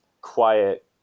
quiet